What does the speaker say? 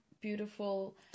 beautiful